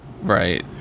Right